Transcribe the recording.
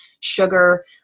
sugar